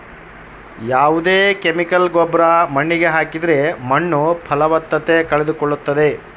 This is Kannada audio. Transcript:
ಯಾವ್ದೇ ಕೆಮಿಕಲ್ ಗೊಬ್ರ ಮಣ್ಣಿಗೆ ಹಾಕಿದ್ರೆ ಮಣ್ಣು ಫಲವತ್ತತೆ ಕಳೆದುಕೊಳ್ಳುತ್ತದೆ